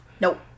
Nope